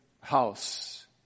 house